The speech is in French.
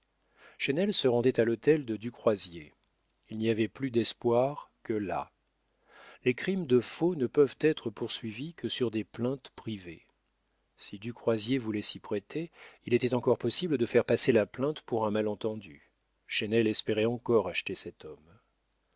chesnel se rendait à l'hôtel de du croisier il n'y avait plus d'espoir que là les crimes de faux ne peuvent être poursuivis que sur des plaintes privées si du croisier voulait s'y prêter il était encore possible de faire passer la plainte pour un malentendu chesnel espérait encore acheter cet homme